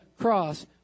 cross